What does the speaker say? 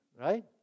right